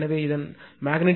எனவே இதன் அளவு 0